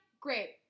Great